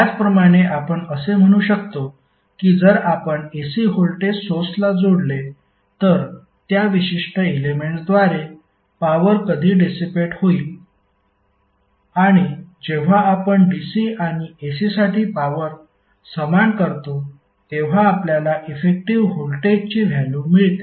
त्याचप्रमाणे आपण असे म्हणू शकतो की जर आपण AC व्होल्टेज सोर्सला जोडले तर त्या विशिष्ट एलेमेंट्सद्वारे पॉवर कधी डेसीपेट होईल आणि जेव्हा आपण DC आणि AC साठी पॉवर समान करतो तेव्हा आपल्याला इफेक्टिव्ह व्होल्टेजची व्हॅल्यु मिळते